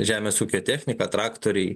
žemės ūkio technika traktoriai